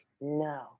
no